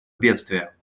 бедствия